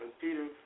Peter